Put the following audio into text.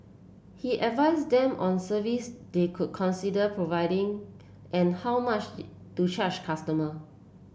he advised them on service they could consider providing and how much to charge customer